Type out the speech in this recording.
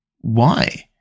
Why